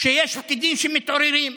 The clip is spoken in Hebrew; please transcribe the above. שיש פקידים שמתעוררים: